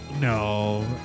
No